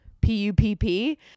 P-U-P-P